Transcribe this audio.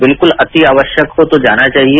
बिल्कुल अति आवश्यक हो तो जाना चाहिए